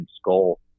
skull